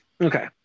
Okay